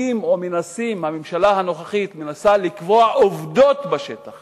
הממשלה הנוכחית מנסה לקבוע עובדות בשטח